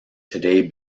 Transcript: today